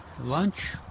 lunch